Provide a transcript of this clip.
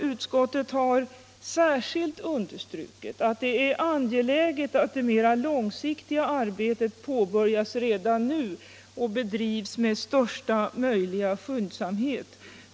Utskottet har särskilt framhållit att det är ”angeläget att det mera långsiktiga arbetet påbörjas redan nu och bedrivs med största möjliga skyndsamhet.